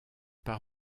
par